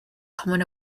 common